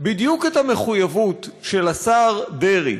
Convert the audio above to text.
בדיוק את המחויבות של השר דרעי